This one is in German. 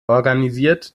organisiert